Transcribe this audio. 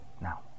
now